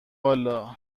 والا